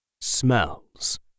smells